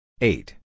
Eight